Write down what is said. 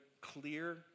clear